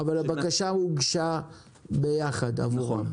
אבל הבקשה הוגשה ביחד עבורו?